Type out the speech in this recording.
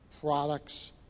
products